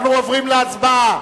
אנחנו עוברים להצבעה.